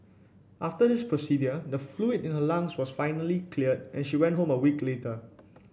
after this procedure the fluid in her lungs was finally cleared and she went home a week later